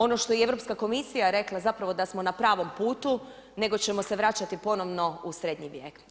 Ono što je i Europska komisija rekla zapravo da smo na pravom putu, nego ćemo se vraćati ponovno u srednji vijek.